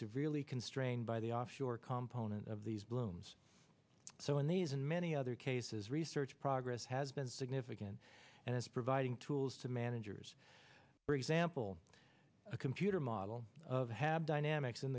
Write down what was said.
severely constrained by the offshore comp onan of these blooms so in these and many other cases research progress has been significant and is providing tools to managers for example a computer model of hab dynamics in